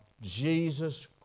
Jesus